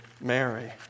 Mary